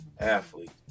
Athlete